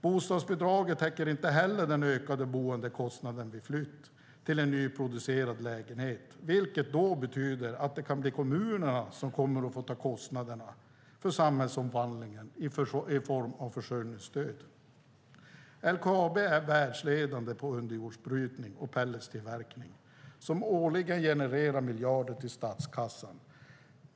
Bostadsbidraget täcker inte heller den ökade boendekostnaden vid flytt till en nyproducerad lägenhet, vilket betyder att det kan bli kommunerna som kommer att få ta kostnaderna för samhällsomvandlingen i form av försörjningsstöd. LKAB är världsledande på underjordsbrytning och pellettstillverkning som årligen genererar miljarder till statskassan.